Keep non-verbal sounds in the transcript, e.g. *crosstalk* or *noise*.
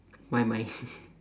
my mind *laughs*